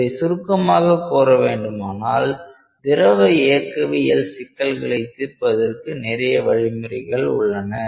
இதை சுருக்கமாக கூற வேண்டுமானால் திரவ இயக்கவியல் சிக்கல்களை தீர்ப்பதற்கு நிறைய வழிமுறைகள் உள்ளன